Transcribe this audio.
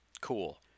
Cool